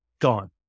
gone